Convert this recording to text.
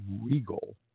regal